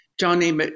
Johnny